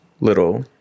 little-